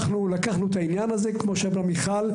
אנחנו לקחנו את העניין הזה כמו שאמרה מיכל,